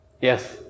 yes